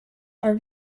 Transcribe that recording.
are